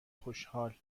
خوشحال